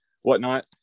whatnot